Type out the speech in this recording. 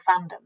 fandom